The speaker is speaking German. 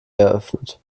eröffnet